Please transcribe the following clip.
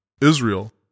Israel